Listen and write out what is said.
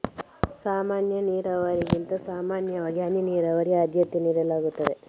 ಸಾಮಾನ್ಯ ನೀರಾವರಿಗಿಂತ ಸಾಮಾನ್ಯವಾಗಿ ಹನಿ ನೀರಾವರಿಗೆ ಆದ್ಯತೆ ನೀಡಲಾಗ್ತದೆ